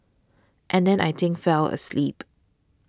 and then I think fell asleep